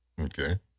Okay